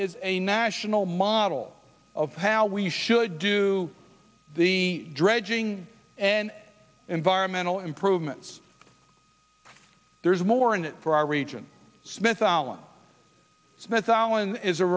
is a national model of how we should do the dredging and environmental improvements there's more in it for our region smith al